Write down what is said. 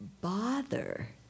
bother